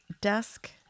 desk